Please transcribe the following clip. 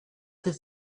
his